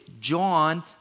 John